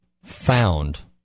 found